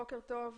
בוקר טוב.